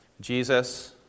Jesus